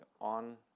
on